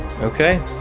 Okay